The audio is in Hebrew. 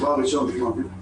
ידבר על כל